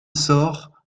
sort